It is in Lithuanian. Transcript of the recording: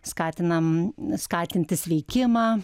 skatinam skatinti sveikimą